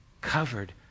covered